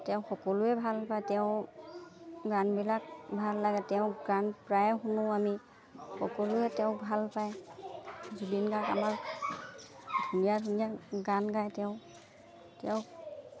তেওঁক সকলোৱে ভাল পায় তেওঁ গানবিলাক ভাল লাগে তেওঁক গান প্ৰায়ে শুনো আমি সকলোৱে তেওঁক ভাল পায় জুবিন গাৰ্গ আমাৰ ধুনীয়া ধুনীয়া গান গায় তেওঁ তেওঁক